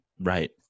Right